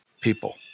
people